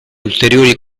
ulteriori